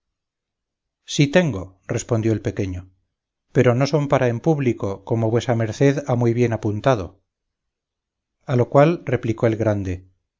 sí tengo respondió el pequeño pero no son para en público como vuesa merced ha muy bien apuntado a lo cual replicó el grande